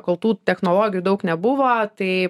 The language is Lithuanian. kol tų technologijų daug nebuvo tai